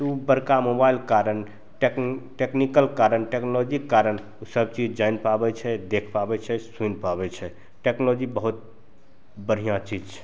ओ बड़का मोबाइलके कारण टेक टेक्नीकल कारण टेक्नोलॉजीके कारण सबचीज जानि पाबै छै देखि पाबै छै सुनि पाबै छै टेक्नोलॉजी बहुत बढ़िआँ चीज छै